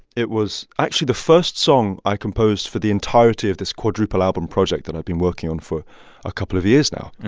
it was actually the first song i composed for the entirety of this quadruple album project that i've been working on for a couple of years now.